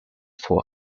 for